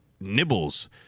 Nibbles